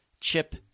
Chip